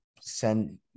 send